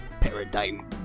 Paradigm